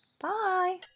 Bye